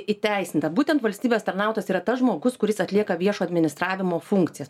įteisinta būtent valstybės tarnautojas yra tas žmogus kuris atlieka viešo administravimo funkcijas